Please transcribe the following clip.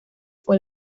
fue